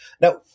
Now